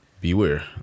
beware